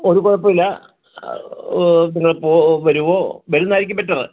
ഒരു കുഴപ്പവുമില്ല നിങ്ങള് പോ വരുമ്പോൾ വരുന്നതായിരിക്കും ബെറ്ററ്